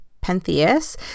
Pentheus